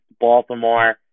Baltimore